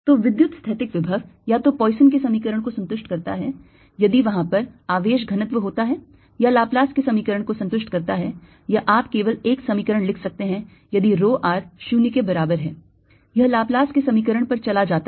तोविद्युतस्थैतिक विभव या तो पोइसन्स के समीकरण को संतुष्ट करता है यदि वहां पर आवेश घनत्व होता है या लाप्लास के समीकरण को संतुष्ट करता है या आप केवल एक समीकरण लिख सकते हैं यदि rho r 0 के बराबर है यह लाप्लास के समीकरण पर चला जाता है